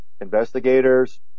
investigators